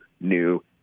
new